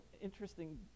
interesting